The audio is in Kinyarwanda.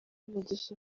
umugisha